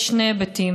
יש שני היבטים.